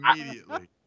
immediately